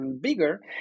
bigger